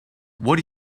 what